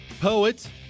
poet